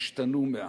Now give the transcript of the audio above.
השתנו מאז.